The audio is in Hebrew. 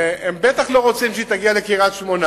והם בטח לא רוצים שהיא תגיע לקריית-שמונה,